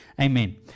Amen